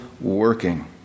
working